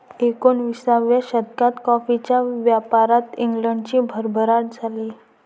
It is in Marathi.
एकोणिसाव्या शतकात कॉफीच्या व्यापारात इंग्लंडची भरभराट झाली